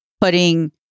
putting